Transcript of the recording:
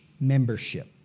membership